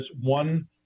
one